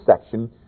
section